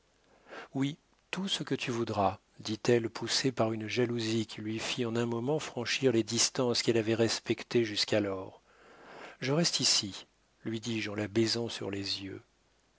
oui tout ce que tu voudras dit-elle poussée par une jalousie qui lui fit en un moment franchir les distances qu'elle avait respectées jusqu'alors je reste ici lui dis-je en la baisant sur les yeux